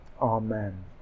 amen